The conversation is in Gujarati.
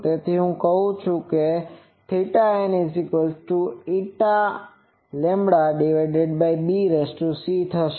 તેથી હું કહી શકું છું કે nnλbc છે